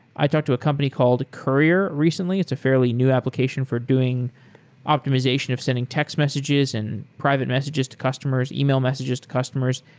i talked to a company called courier recently. it's a fairly new application for doing optimization of sending text messages and private messages to customers, e-mail messages to customers.